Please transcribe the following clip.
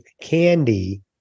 Candy